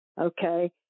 okay